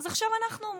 אז עכשיו אנחנו אומרים: